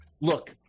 Look